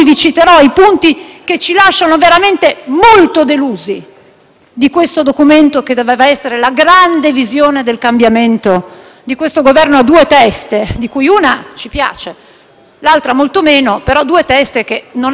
di questo Documento che doveva essere la grande visione del cambiamento di questo Governo a due teste: una ci piace, l'altra molto meno, ma sono due teste che non hanno idee particolarmente originali in questo Documento.